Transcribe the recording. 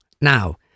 Now